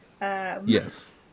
Yes